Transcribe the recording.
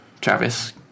Travis